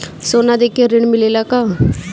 सोना देके ऋण मिलेला का?